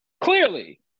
clearly